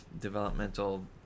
developmental